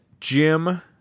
Jim